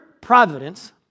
providence